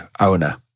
owner